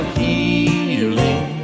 healing